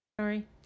sorry